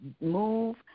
move